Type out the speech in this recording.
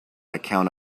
account